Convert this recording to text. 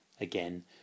again